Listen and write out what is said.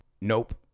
Nope